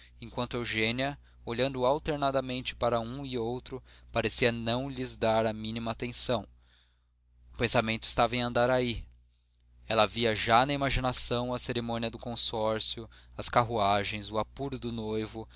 enquanto eugênia olhando alternadamente para um e outro parecia não lhes dar a mínima atenção o pensamento estava em andaraí ela via já na imaginação a cerimônia do consórcio as carruagens o apuro do noivo